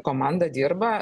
komanda dirba